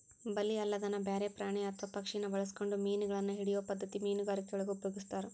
ಬಲಿ ಅಲ್ಲದನ ಬ್ಯಾರೆ ಪ್ರಾಣಿ ಅತ್ವಾ ಪಕ್ಷಿನ ಬಳಸ್ಕೊಂಡು ಮೇನಗಳನ್ನ ಹಿಡಿಯೋ ಪದ್ಧತಿ ಮೇನುಗಾರಿಕೆಯೊಳಗ ಉಪಯೊಗಸ್ತಾರ